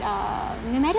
uh no matter